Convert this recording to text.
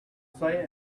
say